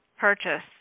purchase